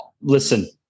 listen